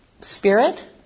spirit